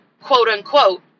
quote-unquote